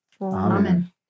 Amen